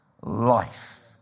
life